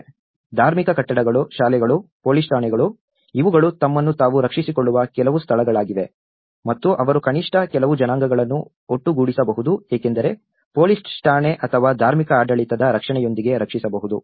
ಧಾರ್ಮಿಕ ಕಟ್ಟಡಗಳು ಶಾಲೆಗಳು ಪೊಲೀಸ್ ಠಾಣೆಗಳು ಇವುಗಳು ತಮ್ಮನ್ನು ತಾವು ರಕ್ಷಿಸಿಕೊಳ್ಳುವ ಕೆಲವು ಸ್ಥಳಗಳಾಗಿವೆ ಮತ್ತು ಅವರು ಕನಿಷ್ಠ ಕೆಲವು ಜನಾಂಗಗಳನ್ನು ಒಟ್ಟುಗೂಡಿಸಬಹುದು ಏಕೆಂದರೆ ಪೊಲೀಸ್ ಠಾಣೆ ಅಥವಾ ಧಾರ್ಮಿಕ ಆಡಳಿತದ ರಕ್ಷಣೆಯೊಂದಿಗೆ ರಕ್ಷಿಸಬಹುದು